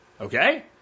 Okay